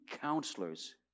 counselors